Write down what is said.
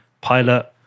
pilot